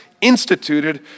instituted